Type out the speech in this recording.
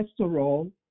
cholesterol